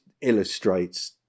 illustrates